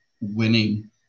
winning